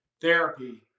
therapy